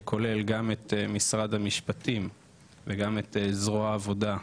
שכולל גם את משרד המשפטים וגם את זרוע העבודה.